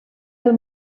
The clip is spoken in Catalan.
del